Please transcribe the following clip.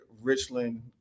Richland